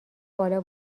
بالا